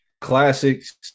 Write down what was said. Classics